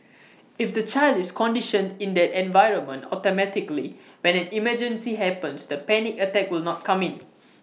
if the child is conditioned in that environment automatically when an emergency happens the panic attack will not come in